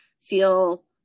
feel